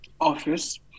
office